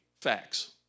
facts